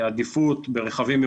לרבות אדם